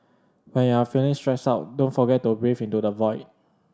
when you are feeling stressed out don't forget to breathe into the void